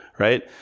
Right